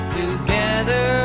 together